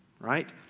right